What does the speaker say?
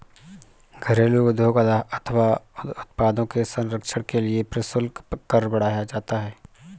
घरेलू उद्योग अथवा उत्पादों के संरक्षण के लिए प्रशुल्क कर बढ़ाया जाता है